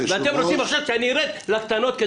ואתם רוצים שאני ארד לקטנות.